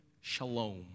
shalom